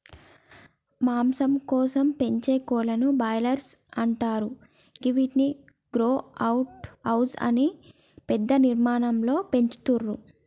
మాంసం కోసం పెంచే కోళ్లను బ్రాయిలర్స్ అంటరు గివ్విటిని గ్రో అవుట్ హౌస్ అనే పెద్ద నిర్మాణాలలో పెంచుతుర్రు